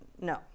No